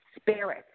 spirit